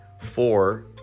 Four